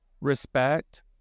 respect